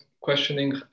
questioning